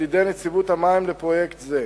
על-ידי נציבות המים לפרויקט זה,